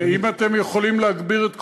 אם אתם יכולים להגביר את קולכם,